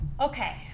okay